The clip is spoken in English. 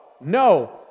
No